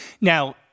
Now